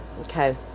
Okay